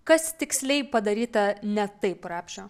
kas tiksliai padaryta ne taip rapšio